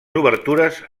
obertures